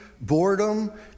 boredom